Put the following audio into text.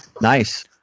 nice